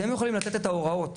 אתם יכולים לתת את ההוראות.